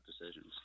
decisions